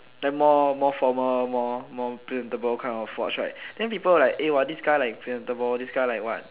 like that more formal more presentable kind of watch right then people will like hey this guy like presentable this guy like what